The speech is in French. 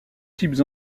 types